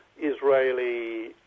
Israeli